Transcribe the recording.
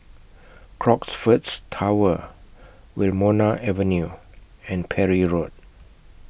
Crockfords Tower Wilmonar Avenue and Parry Road